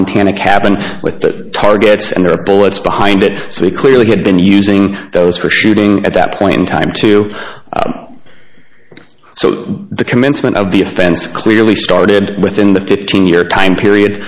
montana cabin with the targets and their bullets behind it so he clearly had been using those for shooting at that point in time too so the commencement of the offense clearly started within the fifteen year time period